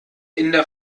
inder